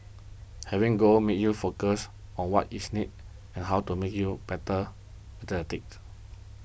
having goals makes you focus on what is next and how to make you better